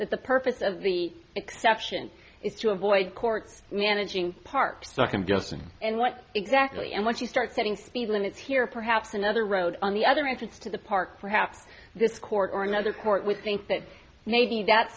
that the purpose of the exception is to avoid court managing part second guessing and what exactly and once you start setting speed limits here perhaps another road on the other entrance to the park perhaps this court or another court with think that maybe that